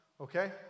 Okay